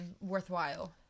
worthwhile